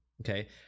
okay